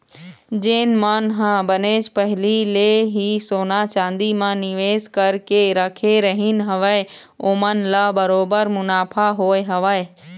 जेन मन ह बनेच पहिली ले ही सोना चांदी म निवेस करके रखे रहिन हवय ओमन ल बरोबर मुनाफा होय हवय